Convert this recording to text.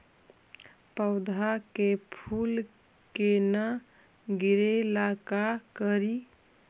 पौधा के फुल के न गिरे ला का करि?